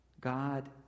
God